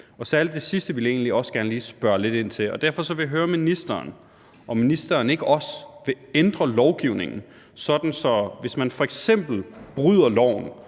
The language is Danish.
sig. Særlig det sidste vil jeg gerne spørge lidt ind til. Derfor vil jeg høre ministeren, om ministeren ikke også vil ændre lovgivningen, sådan at man, hvis man f.eks. bryder loven